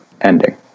ending